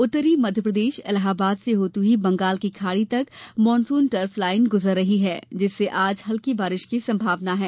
उत्तरी मध्यप्रदेश इलाहाबाद से होती हुई बंगाल की खाड़ी तक मानसून द्रफ लाइन गुजर रही है जिससे आज हल्की बारिश की संभावना है